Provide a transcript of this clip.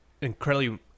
incredibly